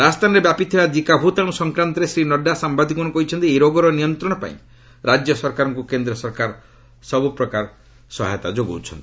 ରାଜସ୍ଥାନରେ ବ୍ୟାପିଥିବା ଜିକା ଭୂତାଣୁ ସଂକ୍ରାନ୍ତରେ ଶ୍ରୀ ନଡ୍ଡା ସାମ୍ଭାଦିକମାନଙ୍କୁ କହିଛନ୍ତି ଏହି ରୋଗର ନିୟନ୍ତ୍ରଣ ପାଇଁ ରାଜ୍ୟ ସରକାରଙ୍କୁ କେନ୍ଦ୍ର ସରକାର ସବୁ ପ୍ରକାର ସହାୟତା ଯୋଗାଇ ଦେଉଛନ୍ତି